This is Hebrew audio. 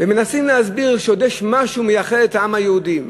ומנסים להסביר שעוד יש משהו שמייחד את העם היהודי,